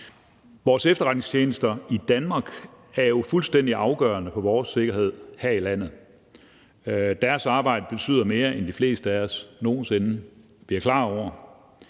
Vores efterretningstjenester i Danmark er jo fuldstændig afgørende for vores sikkerhed her i landet. Deres arbejde betyder mere, end de fleste af os nogen sinde bliver klar over.